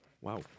Wow